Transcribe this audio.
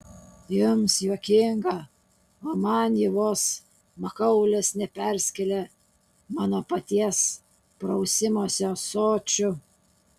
jums juokinga o man ji vos makaulės neperskėlė mano paties prausimosi ąsočiu